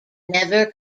never